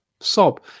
sob